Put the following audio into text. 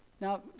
Now